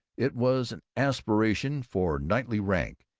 it was an aspiration for knightly rank.